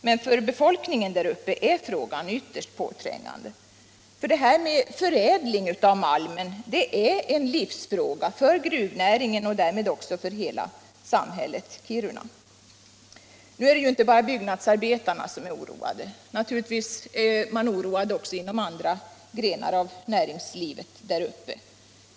Men för befolkningen där uppe är frågan ytterst påträngande. För det här med förädling av malmen är en livsfråga för gruvnäringen och därmed också för hela samhället Kiruna. Men det är inte bara byggnadsarbetarna som är oroade. Naturligtvis är man oroad också inom andra grenar av näringslivet där uppe.